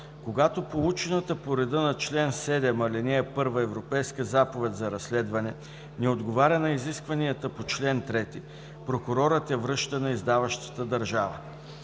Когато получената по реда на чл. 7, ал. 1 Европейска заповед за разследване не отговаря на изискванията по чл. 3, прокурорът я връща на издаващата държава.